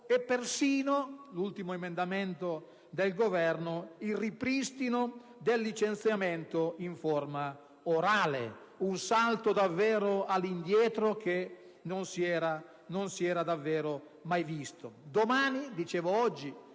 e persino, ultimo emendamento del Governo, il ripristino del licenziamento in forma orale: davvero un salto all'indietro che non si era davvero mai visto.